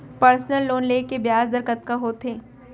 Personal loan ले के ब्याज दर कतका होथे?